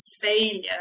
failure